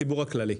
הציבור הכללי.